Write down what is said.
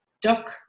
doc